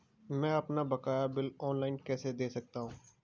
मैं अपना बकाया बिल ऑनलाइन कैसे दें सकता हूँ?